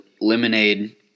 lemonade